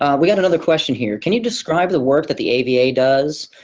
ah we got another question here. can you describe the work that the aba does?